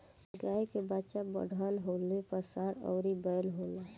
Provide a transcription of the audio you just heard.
गाय के बच्चा बड़हन होले पर सांड अउरी बैल होला